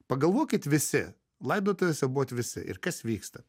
pagalvokit visi laidotuvėse buvot visi ir kas vyksta